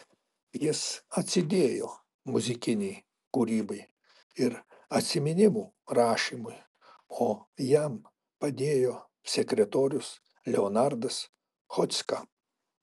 jis atsidėjo muzikinei kūrybai ir atsiminimų rašymui o jam padėjo sekretorius leonardas chodzka